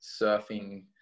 surfing